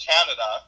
Canada